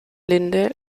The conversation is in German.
linde